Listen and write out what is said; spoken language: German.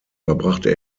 verbrachte